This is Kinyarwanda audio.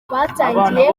batangiye